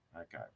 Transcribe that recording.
okay